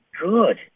good